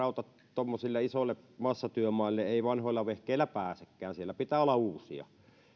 tuommoisille isoille massatyömaille ei vanhoilla vehkeillä pääsekään siellä pitää olla uusia